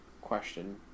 question